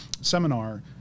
seminar